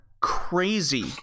crazy